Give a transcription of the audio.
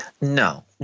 No